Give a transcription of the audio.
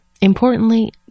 Importantly